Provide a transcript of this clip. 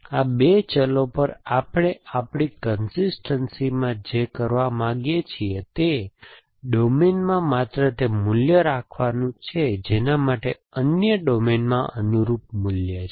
આ બે ચલો પર આપણે આપણી કન્સિસ્ટનસીમાં જે કરવા માંગીએ છીએ તે ડોમેનમાં માત્ર તે મૂલ્યો રાખવાનું છે જેના માટે અન્ય ડોમેનમાં અનુરૂપ મૂલ્ય છે